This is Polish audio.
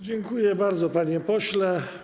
Dziękuję bardzo, panie pośle.